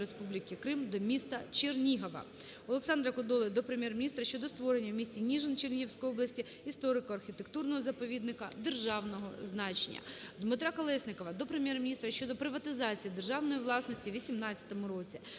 Республіки Крим до міста Чернігова. Олександра Кодоли до Прем'єр-міністра щодо створення в місті Ніжин Чернігівської областіісторико-архітектурного заповідника державного значення. Дмитра Колєснікова до Прем'єр-міністра щодо приватизації державної власності в 18-му році.